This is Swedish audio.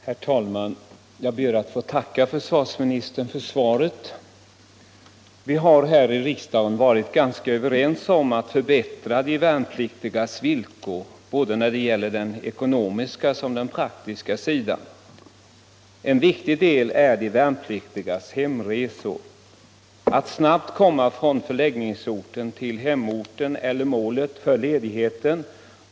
Herr talman! Jag ber att få tacka försvarsministern för svaret. Vi har här i riksdagen varit ganska överens om att förbättra de värnpliktigas villkor både när det gäller den ekonomiska och den praktiska sidan. En viktig del är de värnpliktigas hemresor. Det måste underlättas på alla sätt för de värnpliktiga att snabbt komma från förläggningsorten till hemorten eller annat mål för ledigheten.